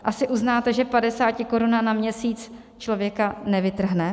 Asi uznáte, že padesátikoruna na měsíc člověka nevytrhne.